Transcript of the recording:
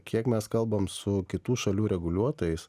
kiek mes kalbam su kitų šalių reguliuotojais